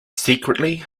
secretly